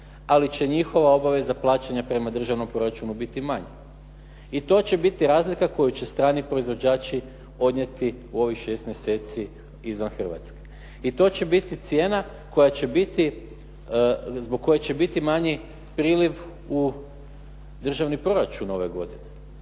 ali će njihova obaveza plaćanja prema državnom proračunu biti manja. I to će biti razlika koju će strani proizvođači odnijeti u ovih šest mjeseci izvan Hrvatske. I to će biti cijena zbog koje će biti manji priliv u državni proračun ove godine